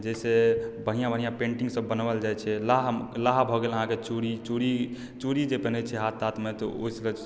जाहिसँ बढ़िआँ बढ़िआँ पेन्टिंगसभ बनायल जाइत छै लाह लाह भऽ गेल अहाँकेँ चूड़ी चूड़ी चूड़ी जे पेहिरैत छै हाथमे तऽ ओहिसभके